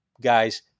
guys